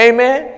Amen